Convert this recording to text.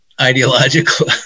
ideological